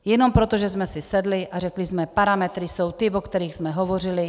Jenom proto, že jsme si sedli a řekli jsme: parametry jsou ty, o kterých jsme hovořili.